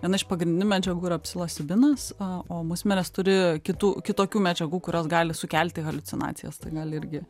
viena iš pagrindinių medžiagų yra psilosibinas a o musmirės turi kitų kitokių medžiagų kurios gali sukelti haliucinacijas tai gali irgi